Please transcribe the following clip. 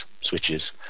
switches